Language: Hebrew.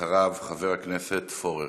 אחריו, חבר הכנסת פורר.